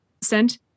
sent